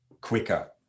quicker